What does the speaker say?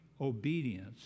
obedience